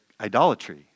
idolatry